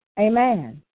Amen